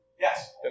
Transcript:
Yes